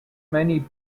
many